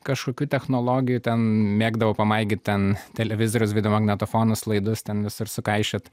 kažkokių technologijų ten mėgdavau pamaigyt ten televizorius videomagnetofonus laidus ten visur sukaišiot